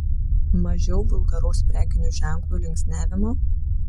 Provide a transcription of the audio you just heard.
mažiau vulgaraus prekinių ženklų linksniavimo